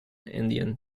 indian